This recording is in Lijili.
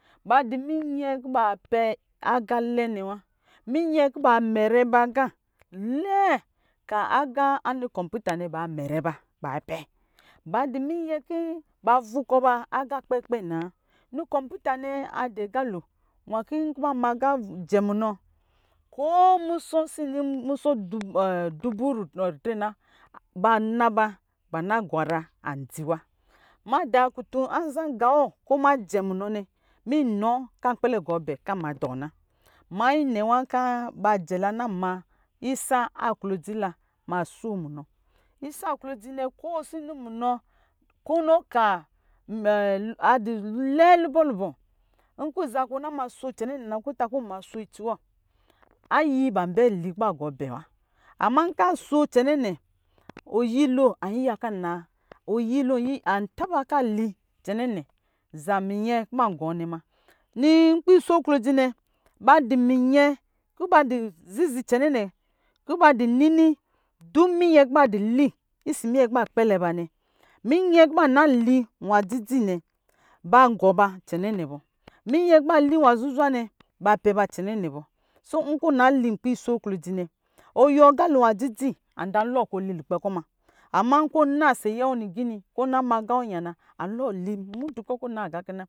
Ba di minyɛ ki ba pɛ aga lɛ nɛ wa, minyɛ ki ba mɛrɛ ba ga lɛɛ, ka aga anɔ cɔm puta nɛ ba mɛrɛ ba ba pɛ, ba di minyɛ ki ba vukɔ ba aga kpɛ kpɛ naa nɔ cɔmputa nɛɛ adi agalo nwaki nciba ma gajɛ munɔ, ko musɔ sini musɔ dufu ritre na, ba na ba ba na gwara ban dziwa, ma kutun anza ga wɔ kɔɔ majɛ munɔ nɛ minɔ kan kpɛlɛ gɔ bɛ kan ma dɔ na mayi nɛ nwa kaa bajɛ la na ma isaa aklodzi la ma so munɔ isa aklodzi nɛ ko si ni munɔ adi lɛ libɔ libɔ nkiza kɔna maso cɛnɛ na kɔ ta kɔ ɔniraso itsi w ayi ban bɛ gubɛ wa, amman nkaso cɛnɛ, oyilo an yiya ka na, oyilo an ta baka licɛnɛ zaminyɛ ki ba gɔ nɛ ma nii nkpi iso klodzinɛ ba di minyɛ kiba di zizi cɛnɛ nɛ ki ba di nini dun minyɛ ki badili isis minyɛ ki badi kpɛlɛ ba nɛ minyɛ ki bā nanwa dzi dzinɛ, ban minyɛ ki ba na li nwa zuzwanɛ ba pɛ ba cɛnɛ nɛ bɔ, minyɛ ki ba na li nkpiso klɔdzi nɛ nkɔ yuwɔ agalo nwa dzi dzi anza lɔ kɔ li lukpɛ kɔ ma, ama kɔ nasi lukpɛ yɛ lingini an lɔɔ kɔ liwa.